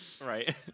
right